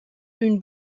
une